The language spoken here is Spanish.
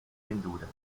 pinturas